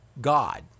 God